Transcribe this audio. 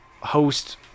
host